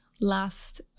last